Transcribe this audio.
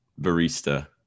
barista